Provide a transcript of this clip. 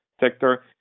sector